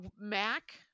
Mac